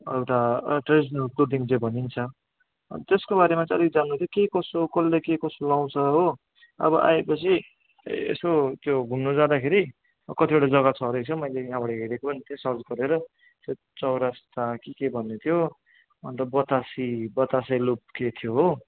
एउटा एड्रेस भनिन्छ त्यसको बारेमा चाहिँ अलिक जान्नु थियो के कसो कसले के कसो लाउँछ हो अब आएपछि यसो त्यो घुम्नु जाँदाखेरि कतिवटा जग्गा छ रहेछ मैले यहाँबाट हेरेको निकै सर्च गरेर चौरस्ता कि के भन्ने थियो अन्त बतासे बतासे लुप के थियो हो